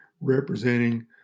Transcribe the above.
representing